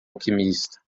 alquimista